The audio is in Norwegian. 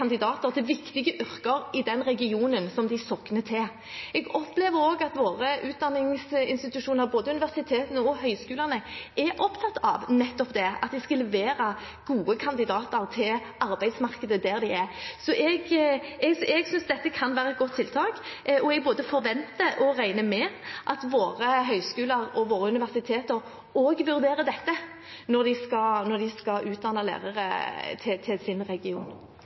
kandidater til viktige yrker i den regionen som de sokner til. Jeg opplever også at våre utdanningsinstitusjoner, både universitetene og høyskolene, nettopp er opptatt av at de skal levere gode kandidater til arbeidsmarkedet der de er. Så jeg synes dette kan være et godt tiltak. Jeg forventer og regner med at våre høyskoler og universiteter også vurderer dette når de skal utdanne lærere til sin region.